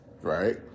right